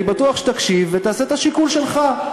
אני בטוח שתקשיב ותעשה את השיקול שלך.